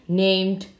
named